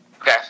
Okay